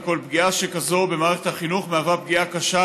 וכל פגיעה שכזאת במערכת החינוך מהווה פגיעה קשה,